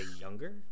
younger